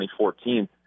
2014